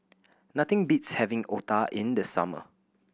nothing beats having otah in the summer